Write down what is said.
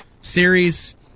series